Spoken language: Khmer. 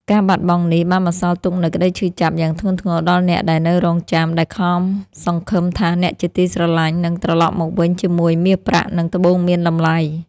ការបាត់បង់នេះបានបន្សល់ទុកនូវក្តីឈឺចាប់យ៉ាងធ្ងន់ធ្ងរដល់អ្នកដែលនៅរង់ចាំ ដែលខំសង្ឃឹមថាអ្នកជាទីស្រឡាញ់នឹងត្រលប់មកវិញជាមួយមាសប្រាក់ និងត្បូងមានតម្លៃ។